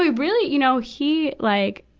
really, you know, he like,